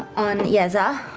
on yeza.